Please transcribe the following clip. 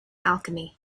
alchemy